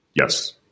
Yes